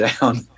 down